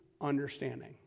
understanding